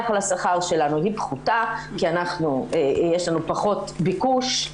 על השכר שלנו היא פחותה כי יש לנו פחות ביקוש,